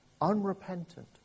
unrepentant